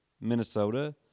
Minnesota